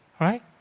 Right